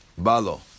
Balo